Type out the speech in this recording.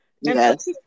Yes